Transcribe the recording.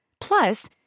Plus